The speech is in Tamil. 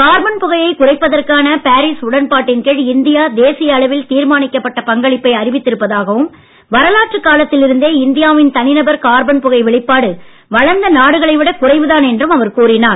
கார்பன் புகையை குறைப்பதற்கான பாரீஸ் உடன்பாட்டின் கீழ் இந்தியா தேசிய அளவில் தீர்மானிக்கப்பட்ட பங்களிப்பை அறிவித்து இருப்பதாகவும் வரலாற்றுக் காலத்தில் இருந்தே இந்தியாவின் தனிநபர் கார்பன் புகை வெளிப்பாடு வளர்ந்த நாடுகளை விட குறைவுதான் என்றும் அவர் கூறினார்